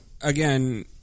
again